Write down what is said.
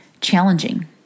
challenging